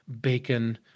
bacon